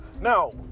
now